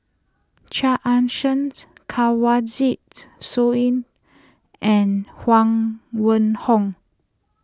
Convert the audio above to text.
Chia Ann Siangt Kanwaljit Soin and Huang Wenhong